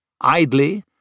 Idly